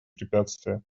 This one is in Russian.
препятствия